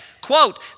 Quote